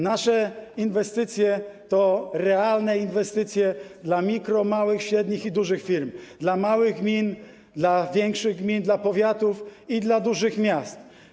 Nasze inwestycje to realne inwestycje dla mikro-, małych, średnich i dużych firm, dla małych gmin, dla większych gmin, dla powiatów i dla dużych miast.